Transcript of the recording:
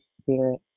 spirit